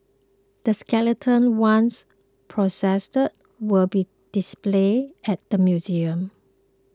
the skeleton once processed will be displayed at the museum